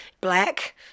Black